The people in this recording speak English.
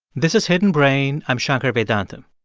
this is hidden brain. i'm shankar vedantam.